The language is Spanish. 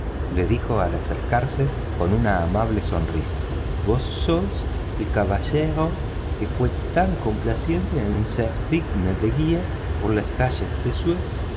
le dijo al acercarse con amable sonrisa vos sois el caballero que fue tan pacientemente en servirme de guía por las calles de suez en